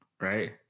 right